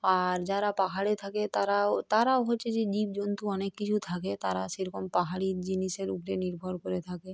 আর যারা পাহাড়ে থাকে তারাও তারাও হচ্ছে যে জীব জন্তু অনেক কিছু থাকে তারা সেরকম পাহাড়ি জিনিসের উপরে নির্ভর করে থাকে